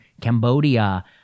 Cambodia